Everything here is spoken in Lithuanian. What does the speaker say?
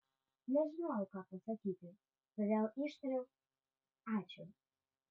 nežinojau ką pasakyti todėl ištariau ačiū